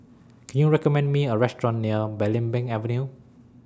Can YOU recommend Me A Restaurant near Belimbing Avenue